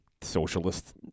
Socialist